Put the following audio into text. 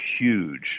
huge